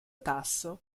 tasso